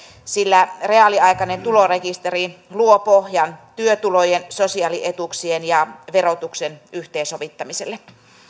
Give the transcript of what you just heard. sillä reaaliaikainen tulorekisteri luo pohjan työtulojen sosiaalietuuksien ja verotuksen yhteensovittamiselle